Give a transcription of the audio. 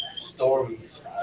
Stories